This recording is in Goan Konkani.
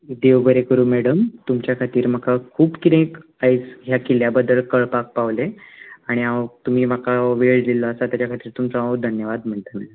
देव बरें करूं मॅडम तुमच्या खातीर म्हाका खूब किदें आयज ह्या किल्ल्या बद्दल कळपाक पावलें आनी तुमी म्हाका वेळ दिल्लो आसा ताचे खातीक हांव तुमचो धन्यवाद म्हणटलें